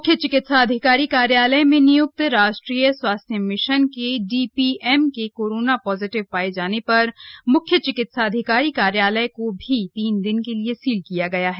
मुख्य चिकित्साधिकारी कार्यालय में नियुक्त राष्ट्रीय स्वास्थ्य मिशन के डीपीएम के कोरोना पॉजिटिव पाये जाने पर मुख्य चिकित्साधिकारी कार्यालय को भी तीन दिन के लिए सील किया गया है